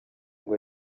ngo